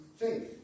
faith